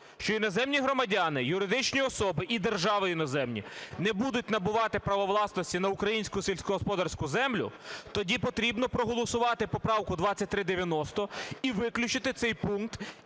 що іноземні громадяни, юридичні особи і держави іноземні не будуть набувати права власності на українську сільськогосподарську землю, тоді потрібно проголосувати поправку 2390 і виключити цей пункт